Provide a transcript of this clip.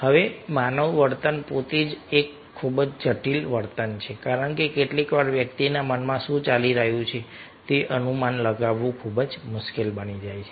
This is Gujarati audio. હવે માનવ વર્તન પોતે જ એક ખૂબ જ જટિલ વર્તન છે કારણ કે કેટલીકવાર વ્યક્તિના મનમાં શું ચાલી રહ્યું છે તે અનુમાન લગાવવું ખૂબ મુશ્કેલ બની જાય છે